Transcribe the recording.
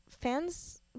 fans